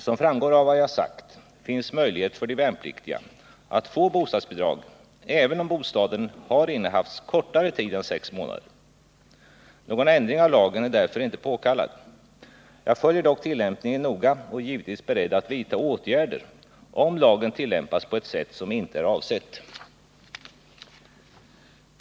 Som framgår av vad jag har sagt finns möjlighet för de värnpliktiga att få bostadsbidrag även om bostaden har innehafts kortare tid än sex månader. Någon ändring av lagen är därför inte påkallad. Jag följer dock tillämpningen noga och är givetvis beredd att vidta åtgärder om lagen tillämpas på ett sätt som inte är avsett.